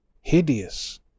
hideous